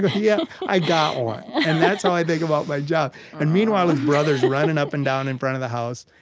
yeah, i got one. and that's how i think about my job and meanwhile, his brother is running up and down in front of the house.